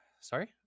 sorry